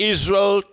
Israel